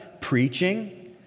preaching